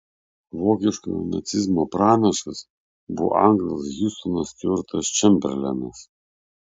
vokiškojo nacizmo pranašas buvo anglas hiustonas stiuartas čemberlenas